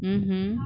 mmhmm